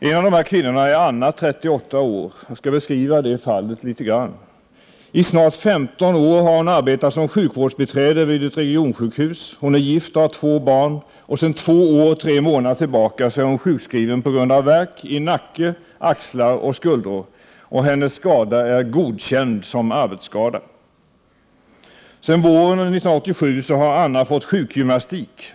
En av dessa kvinnor är Anna, 38 år. Jag skall beskriva det fallet litet grand. I snart 15 år har hon arbetat som sjukvårdsbiträde vid ett regionsjukhus. Hon är gift och har två barn. Sedan två år och tre månader tillbaka är hon sjukskriven på grund av värk i nacke, axlar och skuldror. Hennes skada är godkänd som arbetsskada. Sedan våren 1987 har Anna fått sjukgymnastik.